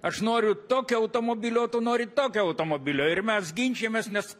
aš noriu tokio automobilio tu nori tokio automobilio ir mes ginčijamės nes